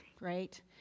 right